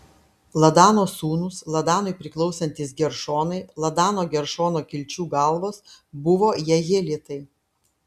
ladano sūnūs ladanui priklausantys geršonai ladano geršono kilčių galvos buvo jehielitai